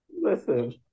Listen